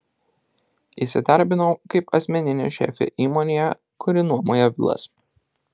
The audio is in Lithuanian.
įsidarbinau kaip asmeninė šefė įmonėje kuri nuomoja vilas